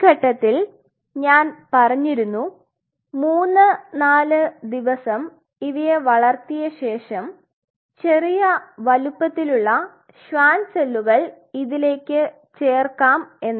ഈ ഘട്ടത്തിൽ ഞാൻ പറഞ്ഞിരുന്നു 3 4 ദിവസം ഇവയെ വളർത്തിയ ശേഷം ചെറിയ വലുപ്പത്തിലുള്ള ഷ്വാൻ സെല്ലുകൾ ഇതിലേക്ക് ചേർക്കാം എന്ന്